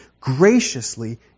graciously